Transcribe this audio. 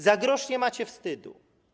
Za grosz nie macie wstydu.